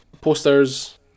posters